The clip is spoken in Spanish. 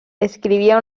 escribía